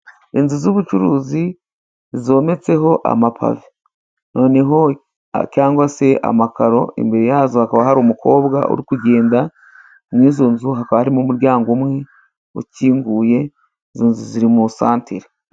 Inzu z'ubucuruzi, zometseho amapavi. Noneho cyangwa se amakaro, imbere yazo hakaba hari umukobwa uri kugenda, muri izo nzu hakaba harimo umuryango umwe ukinguye, izo nzu ziri mu isantere.